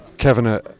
Kevin